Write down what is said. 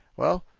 well,